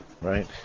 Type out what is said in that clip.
right